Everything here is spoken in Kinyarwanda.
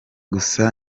gusa